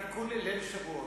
התכוונתי לתיקון לליל שבועות.